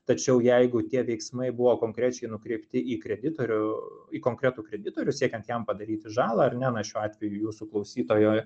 tačiau jeigu tie veiksmai buvo konkrečiai nukreipti į kreditorių į konkretų kreditorių siekiant jam padaryti žalą ar ne na šiuo atveju jūsų klausytojo